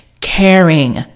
caring